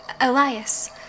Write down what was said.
Elias